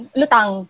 lutang